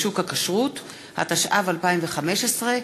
התשע"ו 2015,